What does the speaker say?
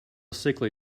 sickly